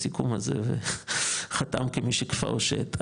בסיכום הזה וחתם "כמי שכפאו שד",